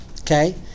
okay